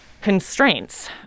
constraints